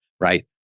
right